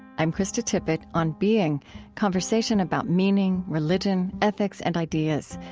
i'm krista tippett, on being conversation about meaning, religion, ethics, and ideas.